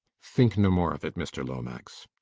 think no more of it, mr lomax.